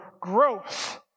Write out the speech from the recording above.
Growth